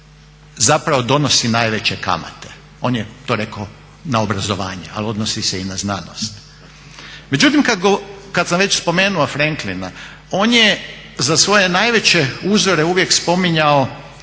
zapravo donosi najveće kamate. On je to rekao na obrazovanje ali odnosi se i na znanost. Međutim, kad sam već spomenuo Franklina, on je za svoje najveće uzore uvijek spominjao